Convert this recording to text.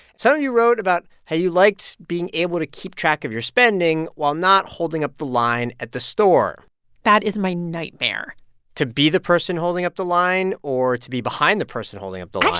so you wrote about how you liked being able to keep track of your spending while not holding up the line at the store that is my nightmare to be the person holding up the line or to be behind the person holding up the line?